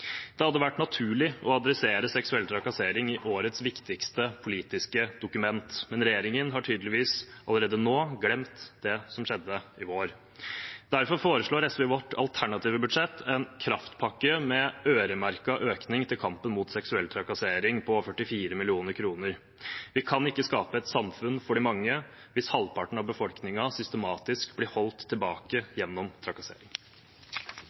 Det hadde vært naturlig å adressere seksuell trakassering i årets viktigste politiske dokument, men regjeringen har tydeligvis allerede nå glemt det som skjedde i vår. Derfor foreslår SV i sitt alternative budsjett en kraftpakke med øremerket økning til kampen mot seksuell trakassering, på 44 mill. kr. Vi kan ikke skape et samfunn for de mange hvis halvparten av befolkningen systematisk blir holdt tilbake gjennom trakassering.